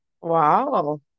Wow